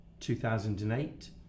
2008